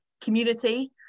community